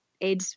Ed